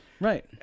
Right